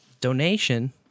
donation